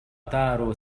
تارو